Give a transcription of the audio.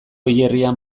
hilerrian